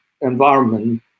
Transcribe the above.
environment